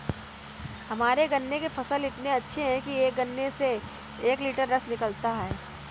हमारे गन्ने के फसल इतने अच्छे हैं कि एक गन्ने से एक लिटर रस निकालता है